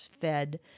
fed